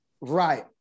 right